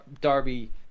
darby